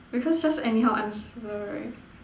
because just anyhow I'm sorry